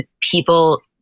people